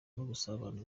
n’ubusabane